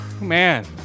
Man